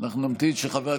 אנחנו נמתין שחבר